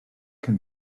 can